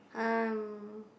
um